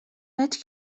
veig